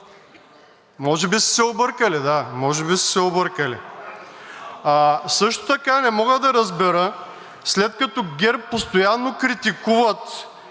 Може би са се объркали. Също така не мога да разбера, след като ГЕРБ постоянно критикуват